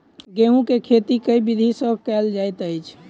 गेंहूँ केँ खेती केँ विधि सँ केल जाइत अछि?